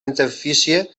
interfície